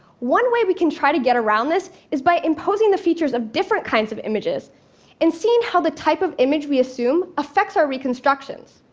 one way we can try to get around this is by imposing the features of different kinds of images and seeing how the type of image we assume affects our reconstructions.